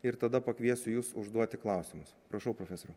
ir tada pakviesiu jus užduoti klausimus prašau profesoriau